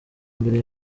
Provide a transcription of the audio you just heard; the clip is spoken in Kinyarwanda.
mbere